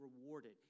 rewarded